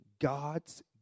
God's